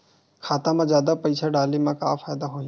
खाता मा जादा पईसा डाले मा का फ़ायदा होही?